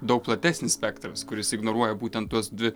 daug platesnis spektras kuris ignoruoja būtent tuos dvi